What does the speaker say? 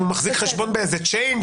אם הוא מחזיק חשבון באיזה צ'יינג',